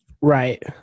Right